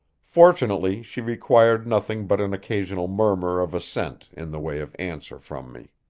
fortunately she required nothing but an occasional murmur of assent in the way of answer from me.